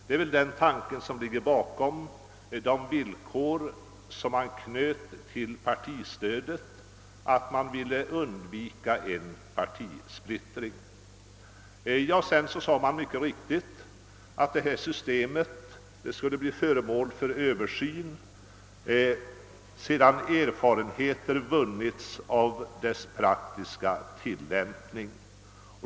Det var den tanken som låg bakom de villkor som knöts till partistödet. Man ville undvika en partisplittring. Vidare sades det att systemet skulle bli föremål för översyn sedan erfarenheter vunnits av dess praktiska tilllämpning.